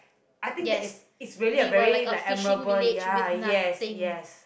I think that is it's really very like admirable ya yes yes